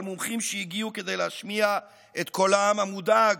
מומחים שהגיעו כדי להשמיע את קולם המודאג,